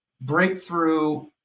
breakthrough